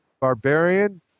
barbarian